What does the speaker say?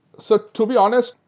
so to be honest,